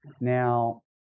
Now